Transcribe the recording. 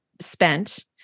spent